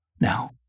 Now